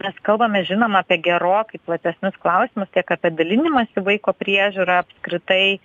mes kalbame žinoma apie gerokai platesnius klausimus tiek apie dalinimąsi vaiko priežiūra apskritai